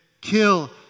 kill